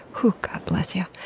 hoooh, god bless you.